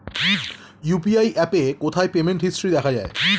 UPI অ্যাপে কোথায় payment history দেখা যায়?